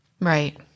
Right